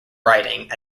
writing